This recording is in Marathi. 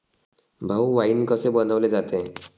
भाऊ, वाइन कसे बनवले जाते?